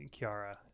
Kiara